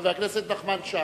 חבר הכנסת נחמן שי.